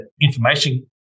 information